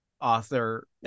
author